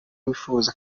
wifuza